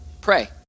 Pray